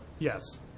Yes